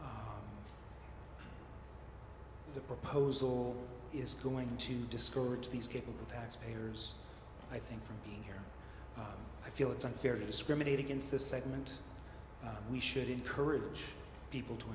the proposal is going to discourage these capable taxpayers i think from being here i feel it's unfair to discriminate against this segment we should encourage people to